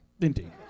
Indeed